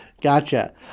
Gotcha